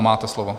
Máte slovo.